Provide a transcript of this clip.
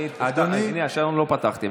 את השעון לא פתחתי.